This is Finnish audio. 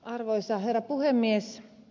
arvoisa herra puhemies